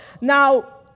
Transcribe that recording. now